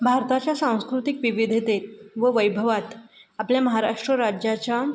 भारताच्या सांस्कृतिक विविधतेत व वैभवात आपल्या महाराष्ट्र राज्याच्या